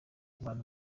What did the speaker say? abantu